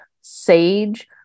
sage